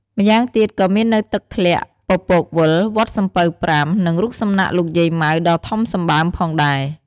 ម្យ៉ាងទៀត ក៏មាននៅទឹកធ្លាក់ពពកវិល វត្តសំពៅប្រាំ និងរូបសំណាកលោកយាយម៉ៅដ៏ធំសម្បើមផងដែរ។